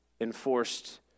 enforced